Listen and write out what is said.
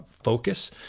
Focus